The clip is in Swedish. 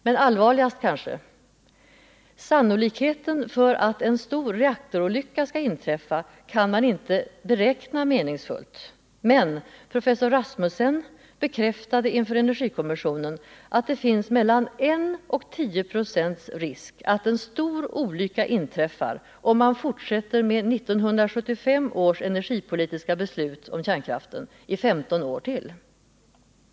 Men allvarligast kanske: Sannolikheten för att en stor reaktorolycka skall inträffa kan inte meningsfullt beräknas, men professor Rasmussen bekräftade inför energikommissionen att det finns mellan 1 och 10 96 risk att en stor olycka inträffar, om man fortsätter med 1975 års energipolitiska beslut om kärnkraften i 15 år till.